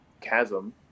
chasm